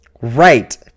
Right